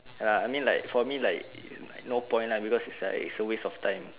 ya I mean like for me like no point lah because it's like it's a waste of time